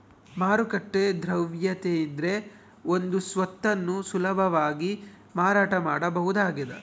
ಮಾರುಕಟ್ಟೆ ದ್ರವ್ಯತೆಯಿದ್ರೆ ಒಂದು ಸ್ವತ್ತನ್ನು ಸುಲಭವಾಗಿ ಮಾರಾಟ ಮಾಡಬಹುದಾಗಿದ